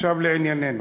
עכשיו לענייננו.